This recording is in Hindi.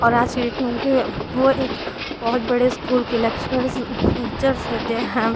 और आज की डेट में उनके वो एक बहुत बड़े इस्कूल के लेक्चरर्स लेक्चर्स देते हैं